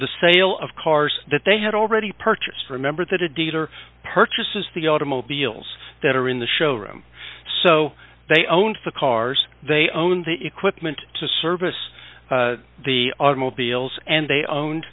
the sale of cars that they had already purchased remember that a dealer purchases the automobiles that are in the showroom so they own the cars they own the equipment to service the automobiles and they own